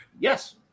Yes